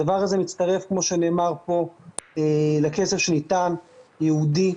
הדבר הזה מצטרף, כמו שנאמר פה, לכסף שניתן ייעודי.